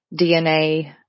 DNA